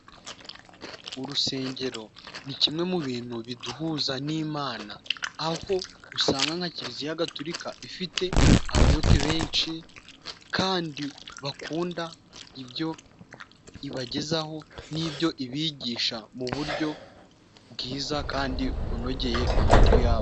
Urusengero ni kimwe mu bintu biduhuza n'imana aho usanga nka kiliziya gatolika ifite abayoboke benshi kandi bakunda ibyo ibagezaho n'ibyo ibigisha mu buryo bwiza kandi bunogeye amatwi yabo.